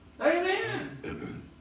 Amen